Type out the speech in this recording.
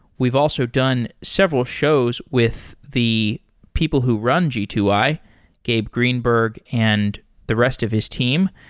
we've also done several shows with the people who run g two i, gabe greenberg, and the rest of his team.